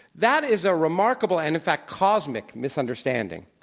that is a remarkable and, in fact, cosmic misunderstanding,